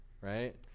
right